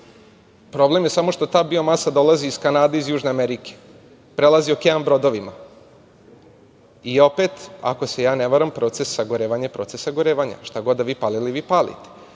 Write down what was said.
Problem je samo što ta biomasa dolazi iz Kanade i Južne Amerike, prelazi okean brodovima. I opet, ako se ja ne varam, proces sagorevanja je proces sagorevanja, šta god da vi palili, vi palite.